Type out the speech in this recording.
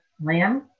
lamb